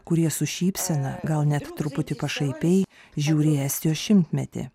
kurie su šypsena gal net truputį pašaipiai žiūri į estijos šimtmetį